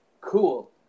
cool